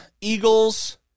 Eagles